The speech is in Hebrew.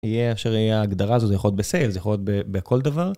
תהיה אשר יהיה ההגדרה הזו. זה יכול להיות בסיילז, זה יכול להיות בכל דבר.